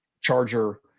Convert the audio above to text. charger